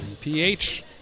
PH